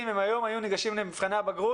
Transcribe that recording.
אם הם היו ניגשים היום לבחינות הבגרות.